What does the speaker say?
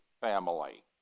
family